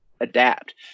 adapt